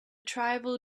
tribal